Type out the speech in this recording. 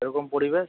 কেরকম পরিবেশ